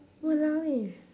!walao! eh